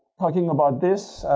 talking about this.